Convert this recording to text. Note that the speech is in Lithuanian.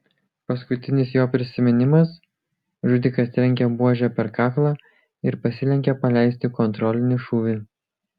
paskutinis jo prisiminimas žudikas trenkia buože per kaklą ir pasilenkia paleisti kontrolinį šūvį